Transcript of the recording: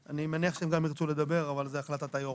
אני מניח שהם גם ירצו לדבר, אבל זה החלטת היו"ר.